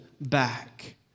back